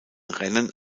rennen